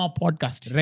podcast